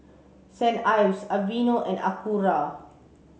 Saint Ives Aveeno and Acura